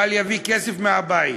אבל יביא כסף מהבית,